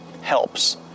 helps